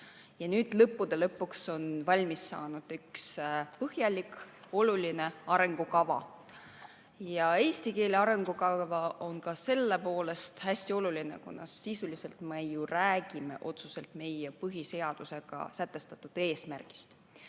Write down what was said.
tehtud, ja lõpuks on valmis saanud põhjalik, oluline arengukava. Eesti keele arengukava on ka selle poolest hästi oluline, et sisuliselt me ju räägime otseselt meie põhiseadusega sätestatud eesmärgist.